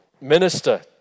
minister